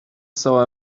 saw